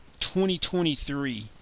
2023